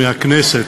מהכנסת,